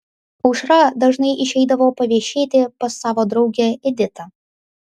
aušra dažnai išeidavo paviešėti pas savo draugę editą